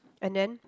and then